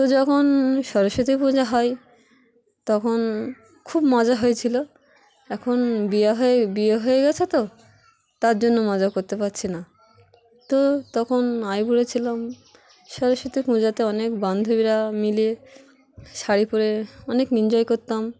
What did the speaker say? তো যখন সরস্বতী পূজা হয় তখন খুব মজা হয়েছিলো এখন বিয়ে হয়ে বিয়ে হয়ে গেছে তো তার জন্য মজা করতে পারছি না তো তখন আই পুড়েছিলাম সরস্বতী পূজাতে অনেক বান্ধবীরা মিলিয়ে শাড়ি পরে অনেক এনজয় করতাম